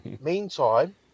Meantime